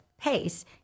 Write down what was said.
pace